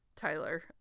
Tyler